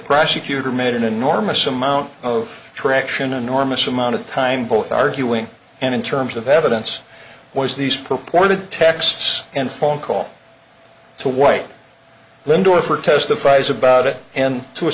kuder made an enormous amount of traction an enormous amount of time both arguing and in terms of evidence was these purported texts and phone call to white lindorff or testifies about it and to a